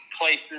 places